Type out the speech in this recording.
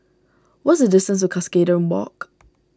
what is the distance to Cuscaden Walk